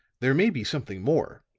there may be something more.